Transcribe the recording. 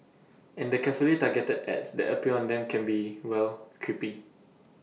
and the carefully targeted ads that appear on them can be well creepy